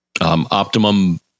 Optimum